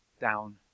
down